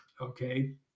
okay